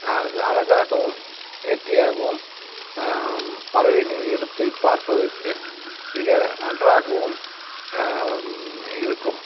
அது அழகாகவும் நேர்த்தியாகவும் பறவைகளின் இனத்தை பார்ப்பதற்கு மிக நன்றாகவும் இருக்கும்